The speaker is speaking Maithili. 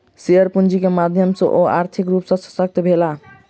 शेयर पूंजी के माध्यम सॅ ओ आर्थिक रूप सॅ शशक्त भेला